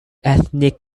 ethnic